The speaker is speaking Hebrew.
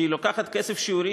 שלוקחת כסף שיורי,